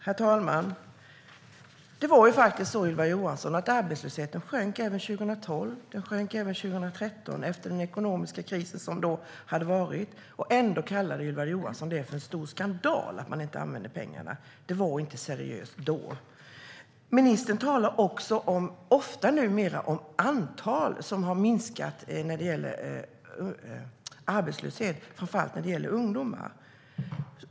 Herr talman! Arbetslösheten sjönk även 2012, Ylva Johansson. Den sjönk även 2013 efter den ekonomiska kris som då hade varit. Ändå kallar Ylva Johansson det för en stor skandal att pengarna inte användes. Det var inte seriöst då. Ministern talar ofta numera om minskade antal i arbetslöshet, framför allt när det gäller ungdomar.